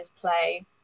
play